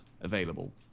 available